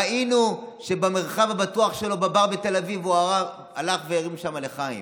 ראינו שבמרחב הבטוח שלו בבר בתל אביב הוא הלך והרים שם לחיים.